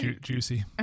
juicy